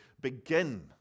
begin